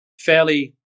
fairly